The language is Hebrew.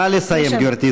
נא לסיים, גברתי.